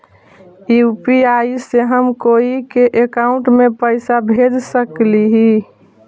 UPI से हम कोई के अकाउंट में पैसा भेज सकली ही?